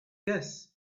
yes